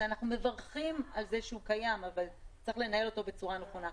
שאנחנו מברכים על זה שהוא קיים אבל צריך לנהל אותו בצורה נכונה.